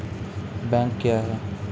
Bank क्या हैं?